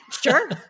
Sure